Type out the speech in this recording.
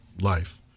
life